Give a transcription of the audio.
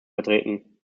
vertreten